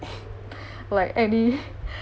like any